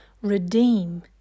redeem